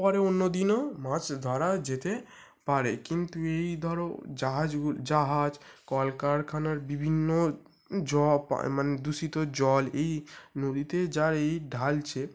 পরে অন্য দিনও মাছ ধরা যেতে পারে কিন্তু এই ধর জাহাজগুলি জাহাজ কলকারখানার বিভিন্ন জল মানে দূষিত জল এই নদীতে যা এই ঢালছে